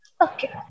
okay